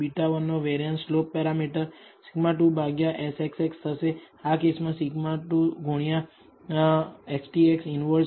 β1 નો variance slope parameter σ2 ભાગ્યા SXX થશે આ કેસમાં તે σ2 ગુણ્યા XTX ઈનવર્સ